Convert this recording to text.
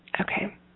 Okay